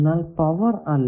എന്നാൽ പവർ അല്ല